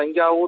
Thanjavur